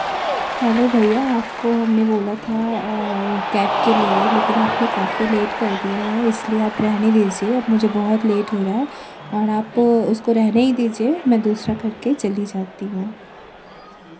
hello भैया आपको हमने बोला था कैब के लिए लेकिन आपने काफ़ी लेट कर दिया है इसलिए आप रहने दीजिए अब मुझे बहुत लेट हो रहा है और आप उसको रहने ही दीजिए मैं दूसरा करके चली जाती हूँ